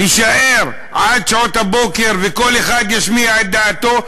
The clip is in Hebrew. להישאר עד שעות הבוקר ושכל אחד ישמיע את דעתו,